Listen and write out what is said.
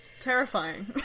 terrifying